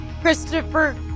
Christopher